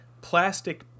plastic